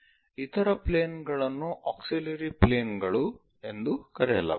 ಇತರ ಪ್ಲೇನ್ ಗಳನ್ನು auxiliary plane ಗಳು ಎಂದು ಕರೆಯಲಾಗುತ್ತದೆ